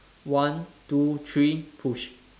one two three push